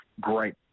great